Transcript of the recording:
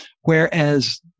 Whereas